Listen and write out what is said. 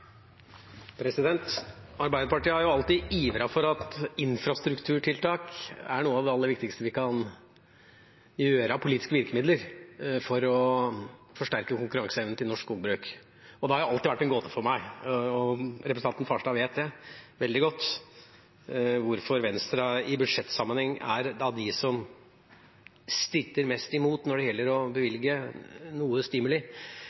noe av det aller viktigste vi kan gjøre av politiske virkemidler for å forsterke konkurranseevnen til norsk skogbruk. Det har alltid vært en gåte for meg – og representanten Farstad vet det veldig godt – hvorfor Venstre i budsjettsammenheng er av dem som stritter mest imot når det gjelder å bevilge noe stimuli